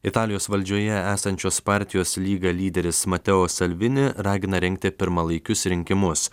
italijos valdžioje esančios partijos lyga lyderis mateo salvini ragina rengti pirmalaikius rinkimus